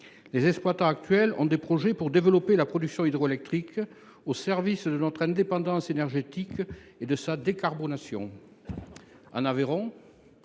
Les exploitants actuels ont des projets pour développer la production hydroélectrique au service de notre indépendance énergétique et de sa décarbonation.